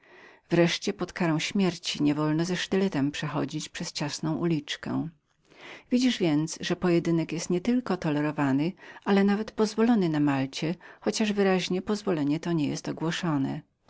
wreszcie pod karą śmierci nie wolno ze sztyletem przechodzić przez ciasną uliczkę takim sposobem widzisz że pojedynek nie tylko jest znoszonym ale nawet pozwolonym na malcie chociaż wyraźnie pozwolenie to nie jest ogłoszonem